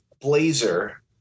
blazer